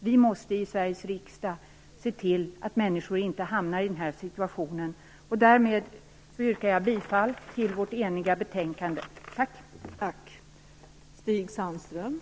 Vi måste i Sveriges riksdag se till att människor inte hamnar i en sådan situation. Därmed yrkar jag bifall till ett enigt utskotts hemställan.